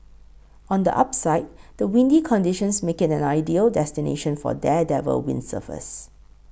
on the upside the windy conditions make it an ideal destination for daredevil windsurfers